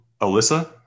Alyssa